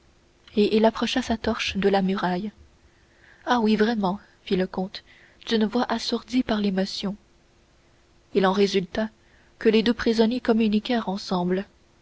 et il approcha sa torche de la muraille ah oui vraiment fit le comte d'une voix assourdie par l'émotion il en résulta que les deux prisonniers communiquèrent ensemble